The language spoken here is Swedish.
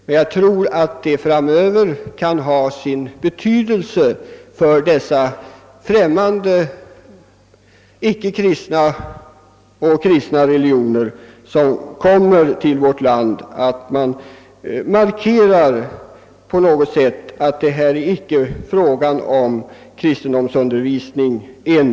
Jag tror emellertid att det framöver kan ha sin betydelse för anhängare av främmande kristna och ickekristna religioner som kommer till vårt land, att man på något sätt markerar att det här icke är fråga enbart om kristendomsundervisning.